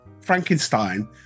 Frankenstein